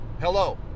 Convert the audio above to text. hello